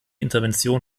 intervention